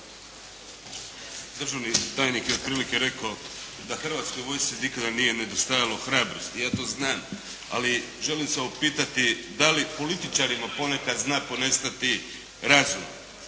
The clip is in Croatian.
Državni tajnik je otprilike rekao da Hrvatsko vojsci nikada nije nedostajalo hrabrosti, ja to znam! Ali želim se upitati da li političarima ponekad zna ponestati razuma.